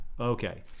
Okay